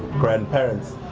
grandparents.